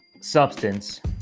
substance